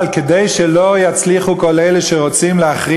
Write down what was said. אבל כדי שלא יצליחו כל אלה שרוצים להחרים